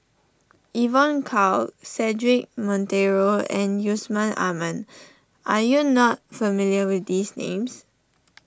Evon Kow Cedric Monteiro and Yusman Aman are you not familiar with these names